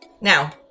Now